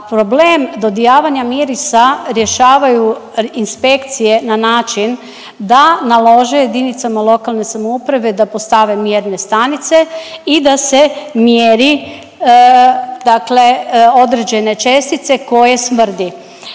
problem dodijavanja mirisa rješavaju inspekcije na način da nalože jedinicama lokalne samouprave da postave mjerne stanice i da se mjeri dakle određene čestice koje smrdi.